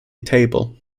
table